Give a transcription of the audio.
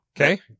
okay